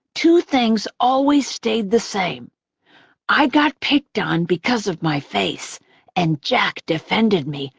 two things always stayed the same i got picked on because of my face and jack defended me,